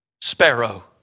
sparrow